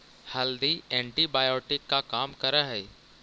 हल्दी एंटीबायोटिक का काम करअ हई